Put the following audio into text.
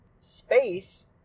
space